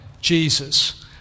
Jesus